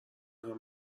هممون